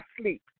sleep